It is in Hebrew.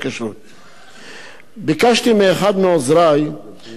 ביקשתי מאחד מעוזרי שיכין לי חומר בנושא.